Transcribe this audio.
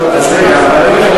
אז רגע,